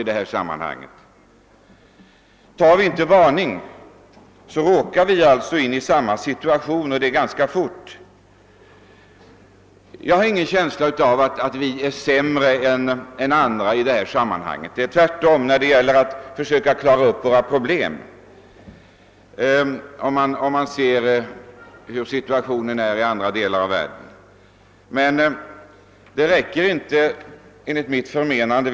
Om vi inte tar varning hamnar vi i samma situation — och det ganska snart! Jag har ingen känsla av att vi är sämre än andra när det gäller att klara upp problemen. Om man ser på situationen i andra delar av världen vill jag snarare säga att det är tvärtom. Men det räcker inte, menar jag, om vi skall kunna lösa problemen.